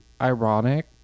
ironic